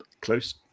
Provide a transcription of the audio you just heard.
Close